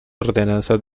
ordenanzas